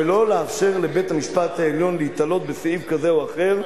ולא לאפשר לבית-המשפט העליון להיתלות בסעיף כזה או אחר,